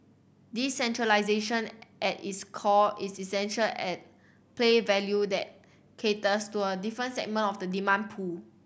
decentralisation at its core is essential at play value that caters to a different segment of the demand pool